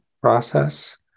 process